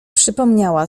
przypomniała